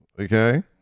Okay